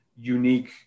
Unique